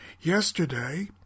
Yesterday